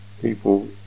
People